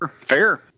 fair